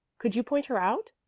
could you point her out?